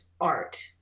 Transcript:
art